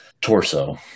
torso